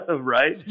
Right